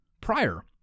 prior